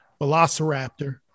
velociraptor